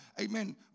Amen